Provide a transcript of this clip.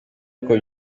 uko